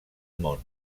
món